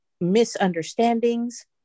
misunderstandings